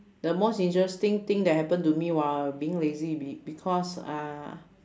the most interesting thing that happen to me while being lazy be~ because uh